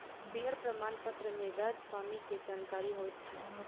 share प्रमाणपत्र मे वैध स्वामी के जानकारी होइत अछि